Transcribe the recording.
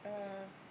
uh